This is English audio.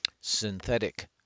synthetic